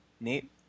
Nate